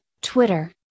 Twitter